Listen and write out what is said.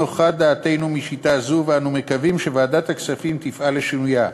דעתנו איננה נוחה משיטה זו ואנו מקווים שוועדת הכספים תפעל לשינויה,